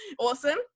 awesome